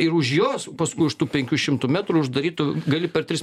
ir už jos už tų penkių šimtų metrų uždarytų gali per tris